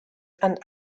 and